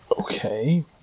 Okay